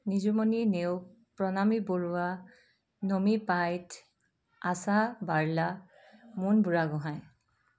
Nijumoni Neog Pranami Baruah Nami Paith Asha Barla Mun Burhagohain